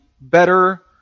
better